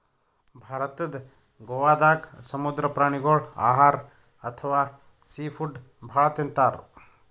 ಭಾರತದ್ ಗೋವಾದಾಗ್ ಸಮುದ್ರ ಪ್ರಾಣಿಗೋಳ್ ಆಹಾರ್ ಅಥವಾ ಸೀ ಫುಡ್ ಭಾಳ್ ತಿಂತಾರ್